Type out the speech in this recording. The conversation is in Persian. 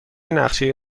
نقشه